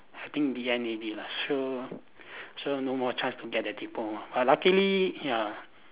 I think the end already lah sure sure no more chance to get the diploma but luckily ya